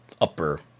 upper